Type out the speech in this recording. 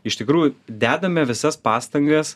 iš tikrųjų dedame visas pastangas